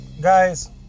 Guys